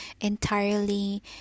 entirely